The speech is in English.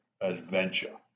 adventure